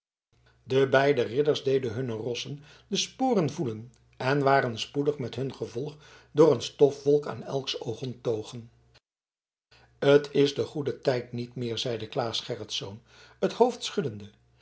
de beide ridders deden hunne rossen de sporen voelen en waren spoedig met hun gevolg door een stofwolk aan elks oog onttogen t is de goede tijd niet meer zeide claes gerritsz het hoofd schuddende